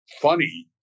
funny